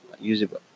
usable